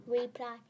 Reply